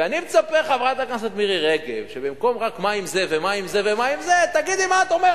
ומה עם אלה שכבר קנו קרקעות?